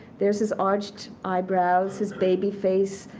there's his arched eyebrows, his baby face,